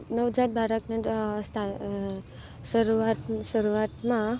નવજાત બાળકને શરૂઆતમાં